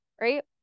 right